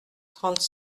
trente